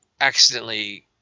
accidentally –